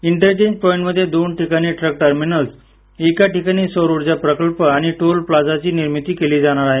इंटरचेंजपाईटमध्ये दोन ठिकाणी truck terminal एका ठिकाणी सौरउर्जा प्रकल्प आणि टोल प्लॉझाची निर्मिती केली जाणार आहे